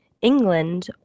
England